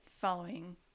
following